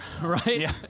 right